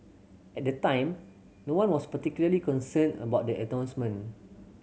at the time no one was particularly concerned about the announcement